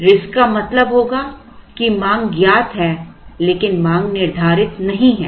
risk का मतलब होगा कि मांग ज्ञात है लेकिन मांग निर्धारित नहीं है